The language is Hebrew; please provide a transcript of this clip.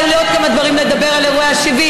היו לי עוד כמה דברים לדבר על אירועי ה-70.